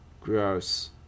Gross